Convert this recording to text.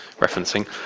referencing